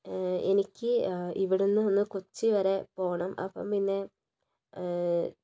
എനിക്ക് ഇവിടെ നിന്ന് കൊച്ചി വരെ പോണം അപ്പം പിന്നേ